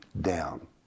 down